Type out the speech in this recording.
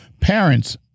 parents